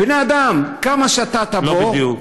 בני-אדם, כמה שאתה תבוא, לא בדיוק.